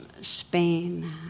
Spain